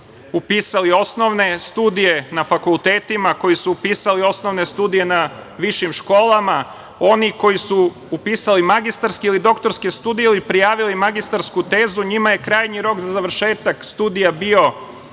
upisali osnovne studije na fakultetima, koji su upisali osnovne studije na višim školama, oni koji su upisali magistarske ili doktorske studije, ili prijavili magistarsku tezu, njima je krajnji rok za završetak studija bio